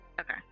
Okay